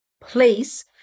place